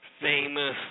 famous